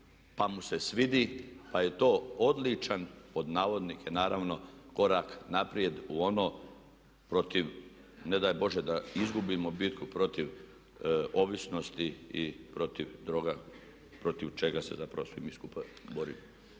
pa mu se svidi, pa je to odličan pod navodnike naravno korak naprijed u ono protiv ne daj Bože da izgubimo bitku protiv ovisnosti i protiv droga, protiv čega se zapravo svi mi skupa borimo.